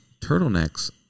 Turtlenecks